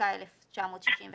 התשכ"ה 1965‏